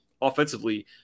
offensively